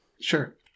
sure